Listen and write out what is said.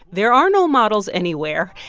there are no models anywhere.